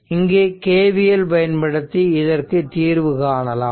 இங்கு KVL பயன்படுத்தி இதற்கு தீர்வு காணலாம்